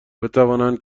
بتوانند